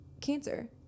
cancer